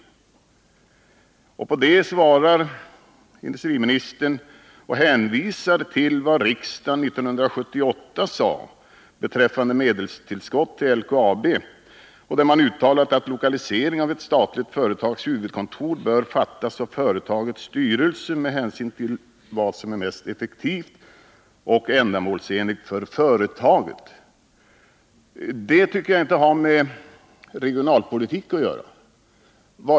Som svar på det hänvisar industriministern till vad riksdagen sade 1978 beträffande medelstillskottet till LKAB, när man ”uttalat att beslut i fråga om lokaliseringen av ett statligt företags huvudkontor bör fattas av företagets styrelse med hänsyn till vad som är mest effektivt och ändamålsenligt för företaget”. Jag tycker inte att det har med regionalpolitik att göra.